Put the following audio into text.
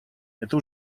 это